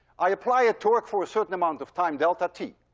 i apply a torque for a certain amount of time delta t.